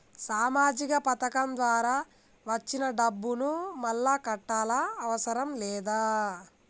సామాజిక పథకం ద్వారా వచ్చిన డబ్బును మళ్ళా కట్టాలా అవసరం లేదా?